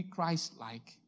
Christ-like